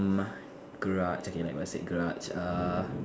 my garage okay like what I say garage err